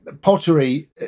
pottery